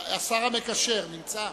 השר המקשר נמצא?